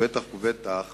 בטח ובטח